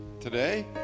today